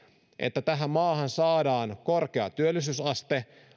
että tähän maahan saadaan korkea työllisyysaste